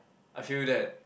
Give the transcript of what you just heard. I feel that